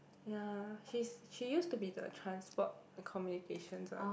ya she's she used to be the transport the communications one